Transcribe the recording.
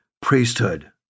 priesthood